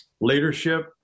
Leadership